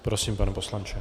Prosím, pane poslanče.